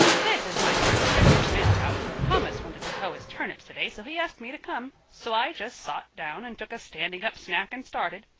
this is my first trip on the mail rowte. thomas wanted to hoe his turnips today so he asked me to come. so i jest sot down and took a standing-up snack and started.